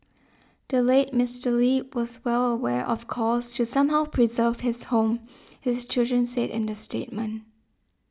the late Mister Lee was well aware of calls to somehow preserve his home his children said in the statement